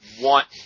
want